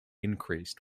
increased